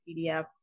PDF